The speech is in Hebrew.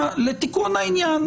האפשרויות לתיקון העניין.